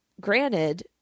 granted